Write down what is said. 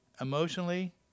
emotionally